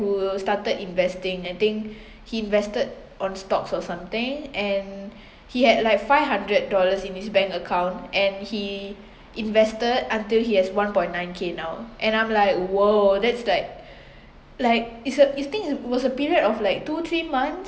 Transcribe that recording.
who started investing I think he invested on stocks or something and he had like five hundred dollars in his bank account and he invested until he has one point nine k now and I'm like !whoa! that's like like it's a it's think it was a period of like two three months